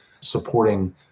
supporting